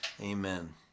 Amen